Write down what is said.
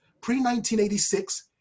Pre-1986